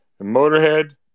Motorhead